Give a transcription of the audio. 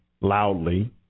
loudly